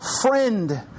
friend